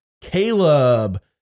Caleb